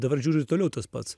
dabar žiūriu ir toliau tas pats